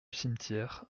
cimetière